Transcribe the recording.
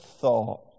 thought